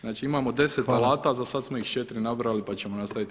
Znači imamo deset alata, za sada smo ih četiri nabrojali pa ćemo nastaviti